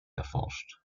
erforscht